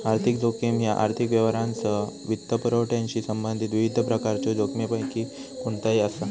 आर्थिक जोखीम ह्या आर्थिक व्यवहारांसह वित्तपुरवठ्याशी संबंधित विविध प्रकारच्यो जोखमींपैकी कोणताही असा